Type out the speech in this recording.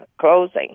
closing